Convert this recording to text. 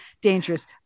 dangerous